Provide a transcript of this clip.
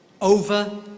over